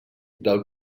del